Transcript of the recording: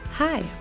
Hi